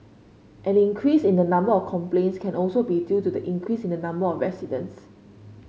an increase in the number of complaints can also be due to the increase in the number of residents